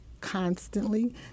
constantly